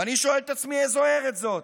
ואני שואל את עצמי: איזו ארץ זאת?